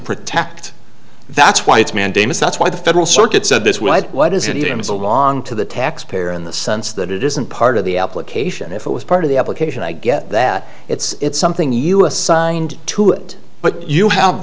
protect that's why it's mandamus that's why the federal circuit said this was what is it is along to the taxpayer in the sense that it isn't part of the application if it was part of the application i get that it's something you assigned to it but you have